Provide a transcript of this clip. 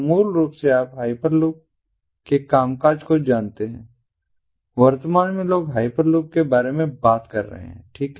तो मूल रूप से आप हाइपर लूप के कामकाज को जानते हैं वर्तमान में लोग हाइपर लूप के बारे में बात कर रहे हैं ठीक